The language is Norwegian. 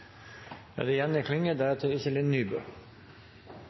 da er det